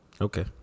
Okay